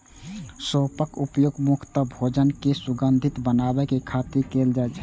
सौंफक उपयोग मुख्यतः भोजन कें सुगंधित बनाबै खातिर कैल जाइ छै